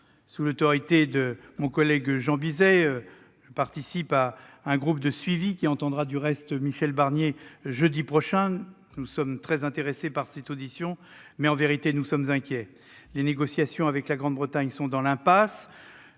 Sous l'autorité de mon collègue Jean Bizet, je participe à un groupe de suivi qui entendra Michel Barnier jeudi prochain. Nous sommes très intéressés par cette audition, mais en vérité, nous sommes inquiets. Les négociations avec la Grande-Bretagne sont dans l'impasse.